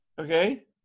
okay